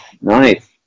nice